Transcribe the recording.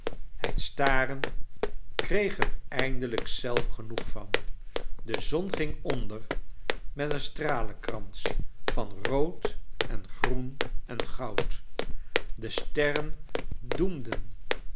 het staren kreeg er eindelijk zelf genoeg van de zon ging onder met ecu stralenkrans van rood en groen en good de sterren doemden